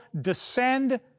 descend